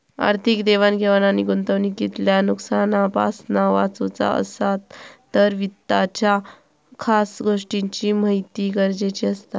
आर्थिक देवाण घेवाण आणि गुंतवणूकीतल्या नुकसानापासना वाचुचा असात तर वित्ताच्या खास गोष्टींची महिती गरजेची असता